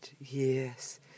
yes